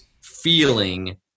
feeling